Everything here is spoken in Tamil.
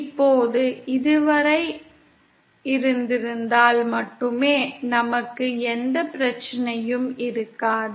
இப்போது இது வரை இருந்திருந்தால் மட்டுமே நமக்கு எந்த பிரச்சனையும் இருக்காது